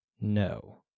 No